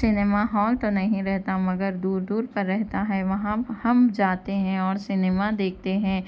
cinema hall تو نہیں رہتا مگر دور دور پر رہتا ہے وہاں ہم جاتے ہیں اور سنیما دیکھتے ہیں